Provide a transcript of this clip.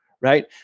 right